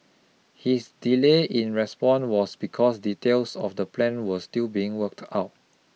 his delay in response was because details of the plan was still being worked out